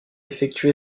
effectué